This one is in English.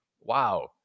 wow